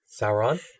Sauron